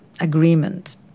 agreement